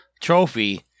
trophy